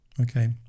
Okay